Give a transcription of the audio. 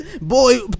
Boy